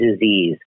disease